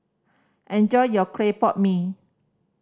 enjoy your clay pot mee